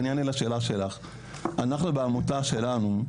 ואני אענה לשאלה שלך, אנחנו בעמותה שלנו,